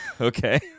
Okay